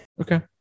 Okay